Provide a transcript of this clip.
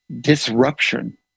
disruption